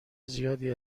زیادی